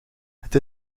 het